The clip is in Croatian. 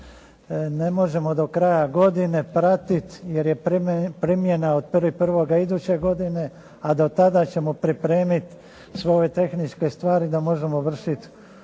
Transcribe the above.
Ne možemo do kraja godine pratiti jer je primjena od 1.1. iduće godine, a do tada ćemo pripremiti sve ove tehničke stvari da možemo vršiti